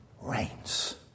reigns